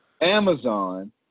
Amazon